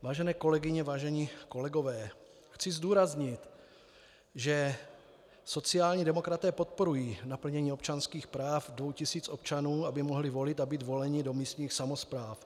Vážené kolegyně, vážení kolegové, chci zdůraznit, že sociální demokraté podporují naplnění občanských práv dvou tisíc občanů, aby mohli volit a být voleni do místních samospráv.